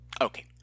Okay